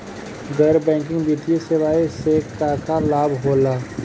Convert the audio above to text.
गैर बैंकिंग वित्तीय सेवाएं से का का लाभ होला?